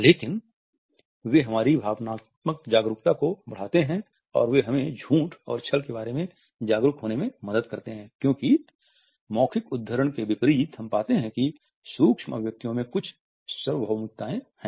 लेकिन वे हमारी भावनात्मक जागरूकता को बढ़ाते हैं और वे हमें झूठ और छल के बारे में जागरूक होने में मदद करते हैं क्योंकि मौखिक उद्धरण के विपरीत हम पाते हैं कि सूक्ष्म अभिव्यक्तियों में कुछ सार्वभौमिकताएं हैं